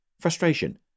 frustration